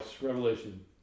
Revelation